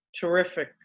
terrific